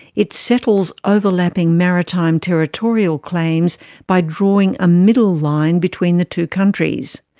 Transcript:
it settles overlapping maritime territorial claims by drawing a middle line between the two countries.